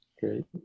great